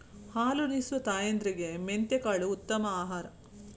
ಹಾಲುನಿಸುವ ತಾಯಂದಿರಿಗೆ ಮೆಂತೆಕಾಳು ಉತ್ತಮ ಆಹಾರ